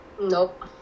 nope